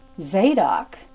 Zadok